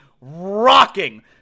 rocking